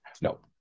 No